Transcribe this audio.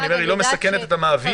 אני אומר שהיא לא מסכנת את המעביד.